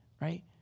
right